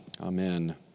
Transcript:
Amen